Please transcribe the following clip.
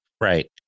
Right